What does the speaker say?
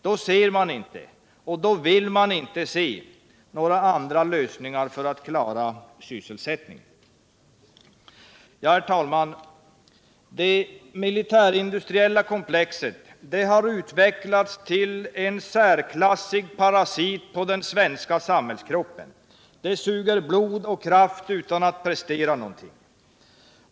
Då ser man inte, och då vill man inte se några andra lösningar för att klara sysselsättningen. Ja, herr talman, det militärindustrieila komplexet har utvecklats till en särklassig parasit på den svenska samhällskroppen. Det suger blod och kraft utan att prestera någonting.